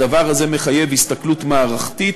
הדבר הזה מחייב הסתכלות מערכתית,